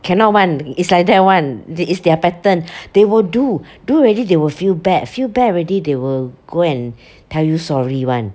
cannot one it's like that [one] that it's their pattern they will do do already they will feel bad few bad already they will go and tell you sorry one